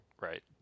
Right